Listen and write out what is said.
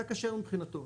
אתה כשר מבחינתו.